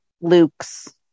Luke's